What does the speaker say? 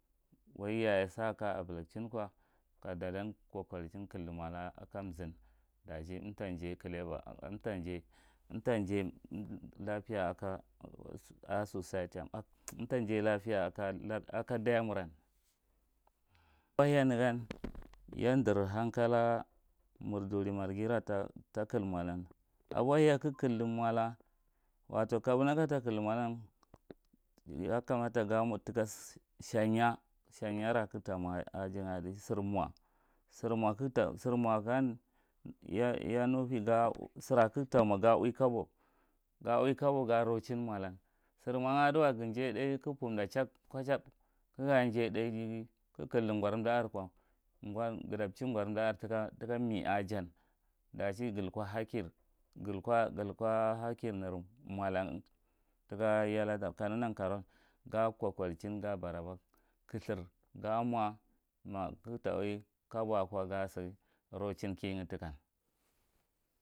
Wdahy yaya sa kaja a bulachinko ka dadan kokarichin kulli mola a kangin daji tamta jaya umta jaye lapeya a ka a ka societya umta jaye lapeya a ka adaya murran, bayya nega yan dar hankalah mur duri marghi ta kilmolan, a bohey ka ga kilmola, watau kabuma kata killi molan ya kamata gamo thika shaya shaya raka tomo adi shaya sira kahe tamo ghauwie kabo ga uwei kabo ga rouchin molan sir mon aduwei kobo ga uwei kobo ga rouchin molan sir mon aduwei gha jay thai kobchub kaga jaye tha gene ghi kaga kuly gar umda are ko gan dachi gar umda ar thika me a jan dachi aguluko hakkir galuko hakkir tuka yaladar ka neghi nan karau wan ghi kokorchin gha boraba kuthir gam o ma kaga tauwei kobo ako go sorouchin kinga